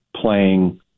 playing